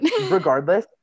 Regardless